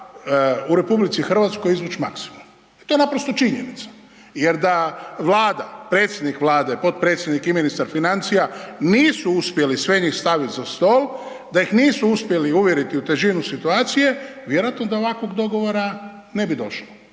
potencijala u RH izvuć maksimum. I to je naprosto činjenica. Jer da Vlada, predsjednik Vlade, potpredsjednik i ministar financija, nisu uspjeli sve njih stavit za stol, da ih nisu uspjeli uvjeriti u težinu situacije vjerojatno da do ovakvog dogovora ne bi došlo.